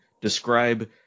describe